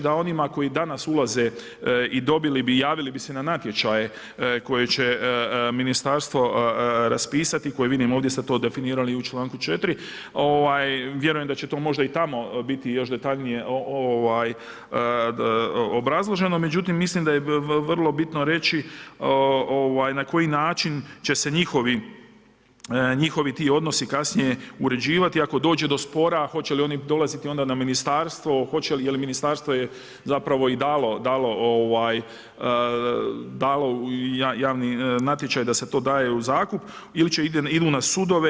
Da onima koji danas ulaze i dobili bi, javili bi se na natječaje koje će Ministarstvo raspisati, koje vidim ovdje ste to definirali u čl. 4. Vjerujem da će to možda i tamo biti još detaljnije obrazloženo, međutim mislim da je vrlo bitno reći na koji način će se njihovi ti odnosi kasnije uređivati ako dođe do spora, hoće li oni dolaziti onda na Ministarstvo, jer Ministarstvo je zapravo i dalo javni natječaj da se to daje u zakup ili idu na sudove.